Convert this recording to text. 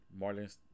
Marlins